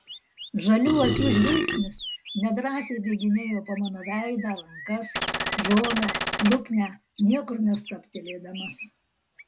žalių akių žvilgsnis nedrąsiai bėginėjo po mano veidą rankas žolę luknę niekur nestabtelėdamas